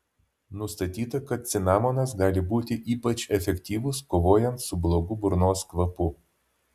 nustatyta kad cinamonas gali būti ypač efektyvus kovojant su blogu burnos kvapu